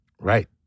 Right